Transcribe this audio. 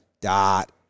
dot